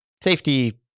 safety